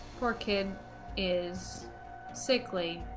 poor kid is sickly